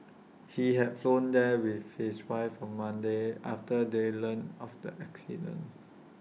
he had flown there with his wife on Monday after they learnt of the accident